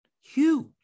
Huge